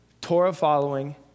Torah-following